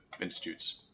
institutes